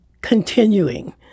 continuing